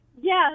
Yes